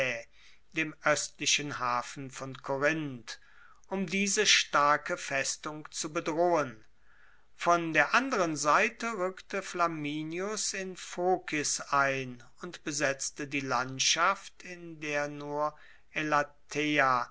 dem oestlichen hafen von korinth um diese starke festung zu bedrohen von der anderen seite rueckte flamininus in phokis ein und besetzte die landschaft in der nur elateia